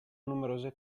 numerose